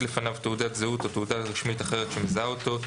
לפניו תעודת זהות או תעודה רשמית אחרת שמזהה אותו,